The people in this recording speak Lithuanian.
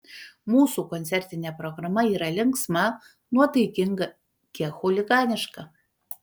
mūsų koncertinė programa yra linksma nuotaikinga kiek chuliganiška